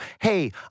hey